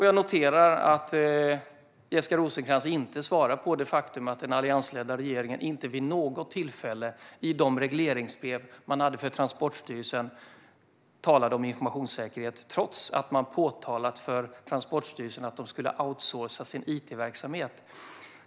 Jag noterar att Jessica Rosencrantz inte svarar på frågor om det faktum att den alliansledda regeringen inte vid något tillfälle i de regleringsbrev som fanns för Transportstyrelsen talade om informationssäkerhet, trots att man påpekat för Transportstyrelsen att den skulle outsourca sin it-verksamhet.